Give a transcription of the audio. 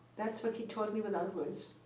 that's what he told me without words.